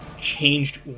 changed